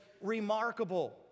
remarkable